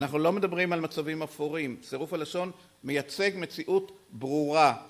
אנחנו לא מדברים על מצבים אפורים, צירוף הלשון מייצג מציאות ברורה